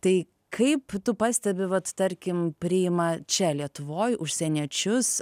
tai kaip tu pastebi vat tarkim priima čia lietuvoj užsieniečius